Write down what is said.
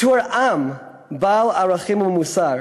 בתור עם בעל ערכים ומוסר,